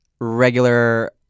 regular